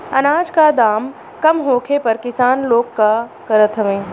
अनाज क दाम कम होखले पर किसान लोग का करत हवे?